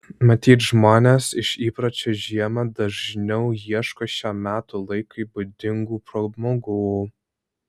matyt žmonės iš įpročio žiemą dažniau ieško šiam metų laikui būdingų pramogų